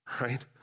right